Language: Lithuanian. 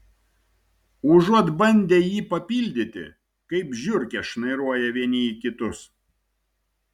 užuot bandę jį papildyti kaip žiurkės šnairuoja vieni į kitus